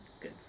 good